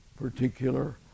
particular